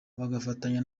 bagafatanya